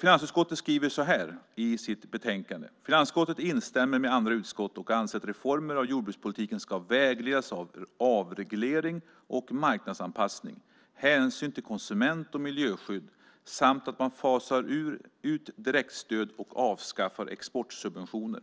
Finansutskottet skriver i utlåtandet: "Finansutskottet instämmer med andra utskott och anser att reformer av jordbrukspolitiken ska vägledas av avreglering och marknadsanpassning, hänsyn till konsument och miljöskydd samt att man fasar ut direktstöd och avskaffar exportsubventioner.